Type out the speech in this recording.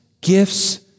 gifts